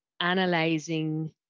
analyzing